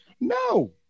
No